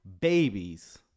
babies